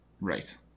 Right